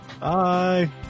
Bye